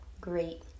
great